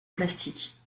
plastique